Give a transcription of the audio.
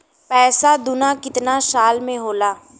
पैसा दूना कितना साल मे होला?